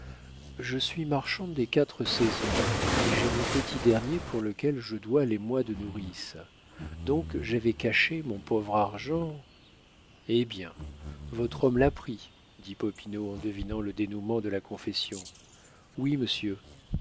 je suis marchande des quatre saisons et j'ai mon petit dernier pour lequel je dois les mois de nourrice donc j'avais caché mon pauvre argent eh bien votre homme l'a pris dit popinot en devinant le dénoûment de la confession oui monsieur